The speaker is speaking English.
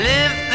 Live